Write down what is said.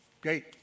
great